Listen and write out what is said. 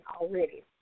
already